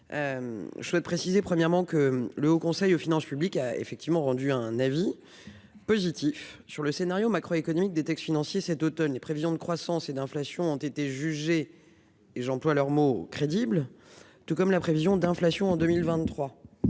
je souhaite préciser premièrement que le Haut conseil aux finances publiques a effectivement rendu un avis positif sur le scénario macroéconomique des textes financiers cet Automne, les prévisions de croissance et d'inflation ont été jugés et j'emploie leur mot crédible tout comme la prévision d'inflation en 2023